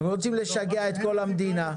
רוצים לשגע את כל המדינה,